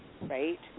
right